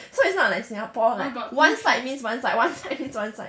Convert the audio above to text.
so it's not like singapore like one side means one side one side means one side